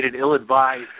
ill-advised